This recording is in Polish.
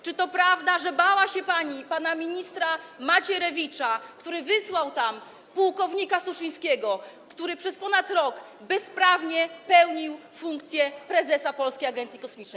Czy to prawda, że bała się pani pana ministra Macierewicza, który wysłał tam pułkownika Suszyńskiego, który przez ponad rok bezprawnie pełnił funkcję prezesa Polskiej Agencji Kosmicznej?